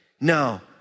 No